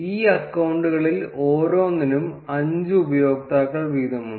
ഈ അക്കൌണ്ടുകളിൽ ഓരോന്നിനും അഞ്ച് ഉപയോക്താക്കൾ വീതമുണ്ട്